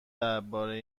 درباره